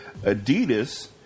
Adidas